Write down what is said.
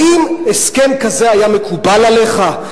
האם הסכם כזה היה מקובל עליך?